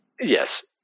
Yes